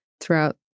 throughout